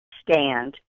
stand